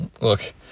look